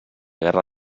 guerra